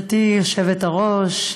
גברתי היושבת-ראש,